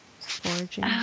foraging